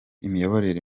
imiyoborere